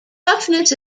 toughness